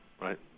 Right